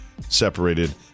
separated